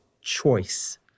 choice